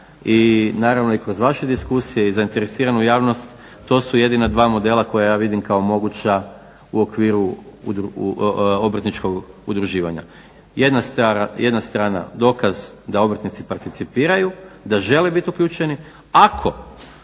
i naravno i kroz vaše diskusije i zainteresiranu javnost to su jedina dva modela koja ja vidim kao moguća u okviru obrtničkog udruživanja. Jedna strana dokaz da obrtnici participiraju, da žele biti uključeni ako,